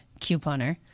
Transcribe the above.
couponer